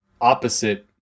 opposite